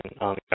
on